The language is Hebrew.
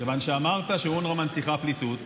אמרת שאונר"א מנציחה פליטות,